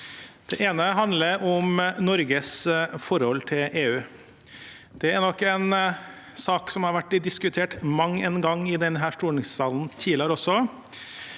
Den ene handler om Norges forhold til EU. Det er nok en sak som har vært diskutert mang en gang i stortingssalen tidligere